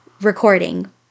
recording